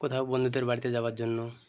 কোথাও বন্ধুদের বাড়িতে যাওয়ার জন্য